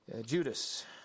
Judas